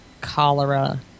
cholera